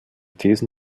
thesen